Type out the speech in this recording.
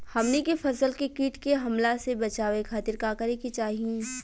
हमनी के फसल के कीट के हमला से बचावे खातिर का करे के चाहीं?